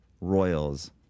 Royals